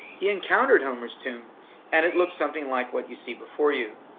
he encountered homer's tomb and it looked something like what you see before you.